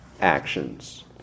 actions